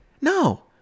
No